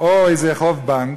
או איזה חוב בנק,